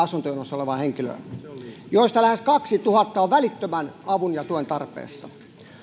asuntojonossa olevaa henkilöä joista lähes kaksituhatta on välittömän avun ja tuen tarpeessa